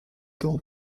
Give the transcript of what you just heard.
dans